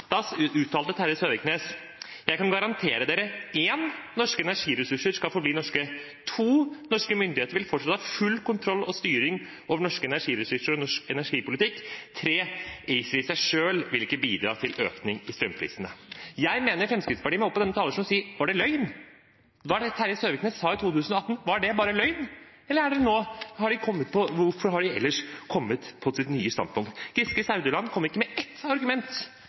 Da uttalte han: «1. Norske energiressurser skal forbli norske. 2. Norske myndigheter vil fortsatt ha full kontroll og styring med de norske energiressursene og norsk energipolitikk. 3. ACER vil i seg selv ikke bidra til noen økning i strømprisen i Norge.» Jeg mener Fremskrittspartiet må opp på denne talerstol og svare på om det var løgn. Var det Terje Søviknes sa i 2018, bare løgn? Hvorfor har de ellers kommet på sitt nye standpunkt? Gisle Meininger Saudland kom ikke med ett argument